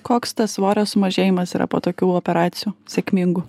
koks tas svorio sumažėjimas yra po tokių operacijų sėkmingų